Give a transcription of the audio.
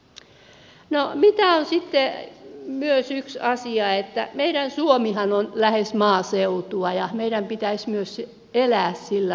se mikä on sitten myös yksi asia on se että meidän suomihan on lähes maaseutua ja meidän pitäisi myös elää sillä lailla